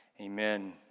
amen